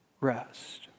rest